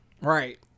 Right